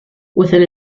within